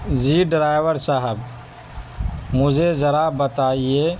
جی driver صاحب مجھے ذرا بتائیے